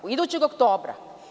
Idućeg oktobra?